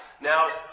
Now